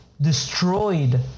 destroyed